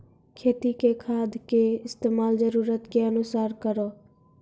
खेती मे खाद के इस्तेमाल जरूरत के अनुसार करऽ